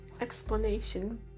explanation